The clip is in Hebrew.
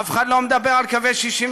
אף אחד לא מדבר על קווי 67',